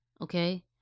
Okay